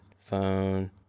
phone